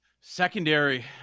Secondary